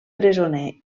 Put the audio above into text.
presoner